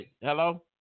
hello